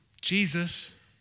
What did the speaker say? Jesus